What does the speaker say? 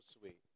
sweet